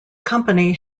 company